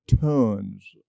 tons